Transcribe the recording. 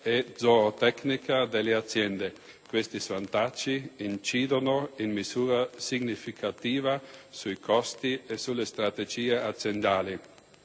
e zootecnica delle aziende e incidono in misura significativa sui costi e sulle strategie aziendali.